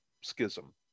schism